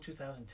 2010